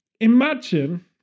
imagine